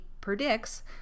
predicts